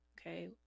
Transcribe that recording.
Okay